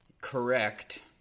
correct